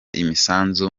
imisanzu